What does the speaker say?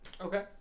okay